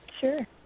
sure